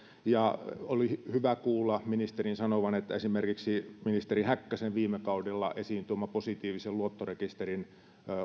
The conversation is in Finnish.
oli hyvä kuulla ministerin sanovan että esimerkiksi ministeri häkkäsen viime kaudella esiin tuoma positiivisen luottorekisterin